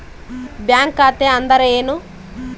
Bank ಖಾತೆ ಅಂದರೆ ಏನು?